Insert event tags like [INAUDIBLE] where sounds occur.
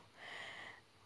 [BREATH]